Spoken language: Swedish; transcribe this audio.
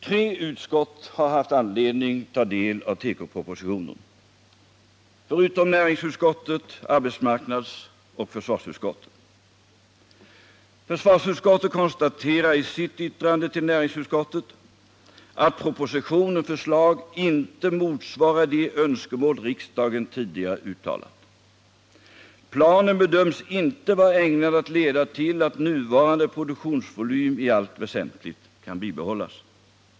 Tre utskott har haft anledning att ta del av tekopropositionen: näringsutskottet, arbetsmarknadsutskottet och försvarsutskottet. Försvarsutskottet konstaterar i sitt yttrande till näringsutskottet att proposition och förslag inte motsvarar de önskemål riksdagen tidigare uttalat. Planen bedöms inte vara ägnad att leda till att nuvarande produktionsvolym i allt väsentligt kan bibehållas.